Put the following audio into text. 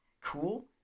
cool